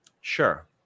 Sure